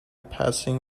passing